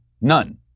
None